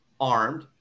armed